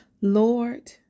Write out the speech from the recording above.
Lord